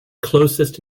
closest